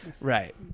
Right